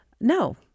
No